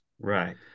Right